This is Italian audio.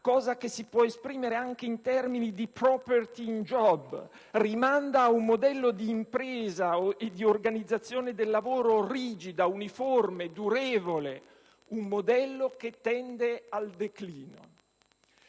cosa che si può esprimere anche in termini di *property in job*... rimanda a un modello di impresa e di organizzazione del lavoro rigida, uniforme, durevole; un modello che tende al declino».